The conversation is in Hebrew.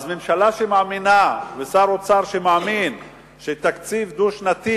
אז ממשלה שמאמינה ושר אוצר שמאמין שתקציב דו-שנתי